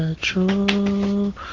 true